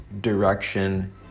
direction